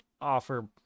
offer